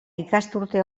ikasturte